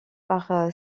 par